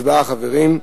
הצבעה, חברים.